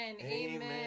Amen